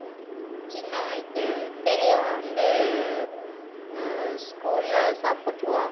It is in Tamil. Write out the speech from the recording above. சின்னவனுக்கு பெரியவன் வந்து ஸ்கூலில் சாப்புட்டுருவான்